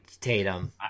tatum